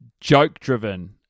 joke-driven